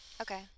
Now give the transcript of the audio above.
okay